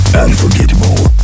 unforgettable